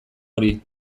hori